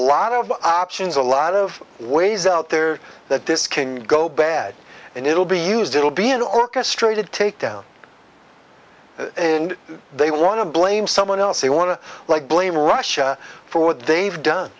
lot of options a lot of ways out there that this king go bad and it'll be used it'll be an orchestrated takedown and they want to blame someone else they want to like blame russia for what they've done